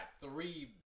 three